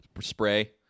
Spray